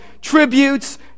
Tributes